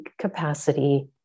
capacity